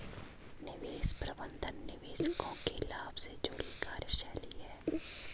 निवेश प्रबंधन निवेशकों के लाभ से जुड़ी कार्यशैली है